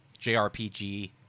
JRPG